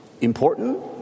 important